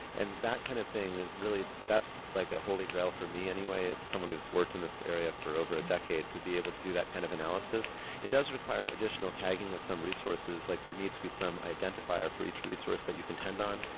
and that kind of thing is really that's like a holy grail for me anyway as someone who has worked in this area for over a decade to be able to do that kind of analysis it does require ah additional tagging of some resources, like there needs to be some identifier for each resource that you can tend on,